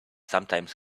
sometimes